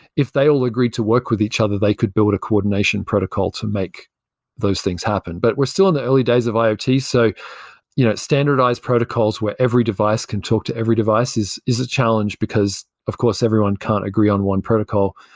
if they all agreed to work with each other, they could build a coordination protocol to make those things happen. but we're still in the early days of iot, so you know standardized protocols where every device can talk to every device is is a challenge, because of course everyone can't agree on one protocol.